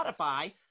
Spotify